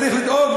צריך לדאוג,